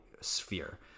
sphere